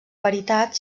veritat